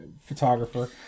photographer